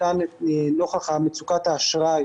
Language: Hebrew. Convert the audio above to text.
נוכח מצוקת האשראי